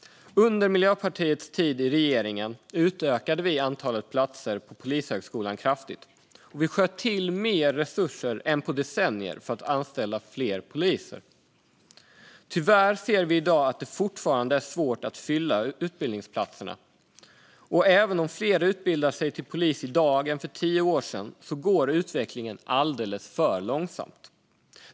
Under Miljöpartiets tid i regeringen utökade vi antalet platser på Polishögskolan kraftigt, och vi sköt till mer resurser än på decennier för att anställa fler poliser. Tyvärr ser vi i dag att det fortfarande är svårt att fylla utbildningsplatserna, och även om fler utbildar sig till polis i dag än för tio år sedan går utvecklingen alldeles för långsamt.